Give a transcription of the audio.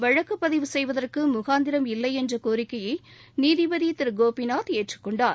வழக்குபதிவு செய்வதற்குமுகாந்திரம் இல்லைஎன்றகோரிக்கையைநீதிபதிதிருகோபிநாத் ஏற்றுக்கொண்டார்